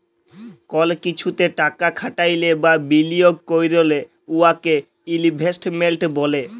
call কিছুতে টাকা খাটাইলে বা বিলিয়গ ক্যইরলে উয়াকে ইলভেস্টমেল্ট ব্যলে